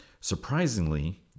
Surprisingly